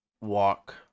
walk